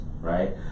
right